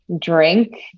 Drink